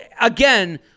again